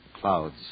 Clouds